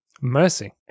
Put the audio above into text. Mercy